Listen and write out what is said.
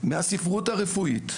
מהספרות הרפואית,